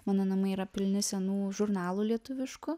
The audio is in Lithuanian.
mano namai yra pilni senų žurnalų lietuviškų